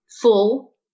full